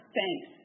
thanks